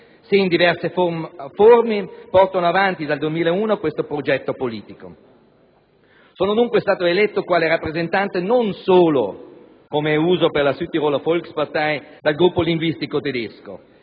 se in diverse forme, portano avanti dal 2001 questo progetto politico. Sono dunque stato eletto quale rappresentante non solo, com'è uso per la Südtiroler Volkspartei, del gruppo linguistico tedesco,